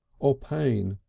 or pain,